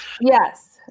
Yes